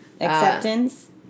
Acceptance